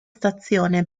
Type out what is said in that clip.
stazione